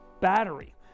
battery